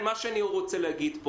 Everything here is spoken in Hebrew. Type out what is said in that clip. אל תגידו